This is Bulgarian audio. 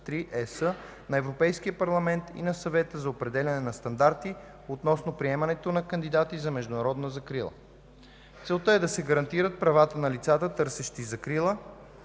на Европейския парламент и на Съвета за определяне на стандарти относно приемането на кандидати за международна закрила. Целта е да се гарантират правата на лицата, търсещи закрила,